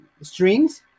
strings